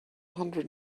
hundred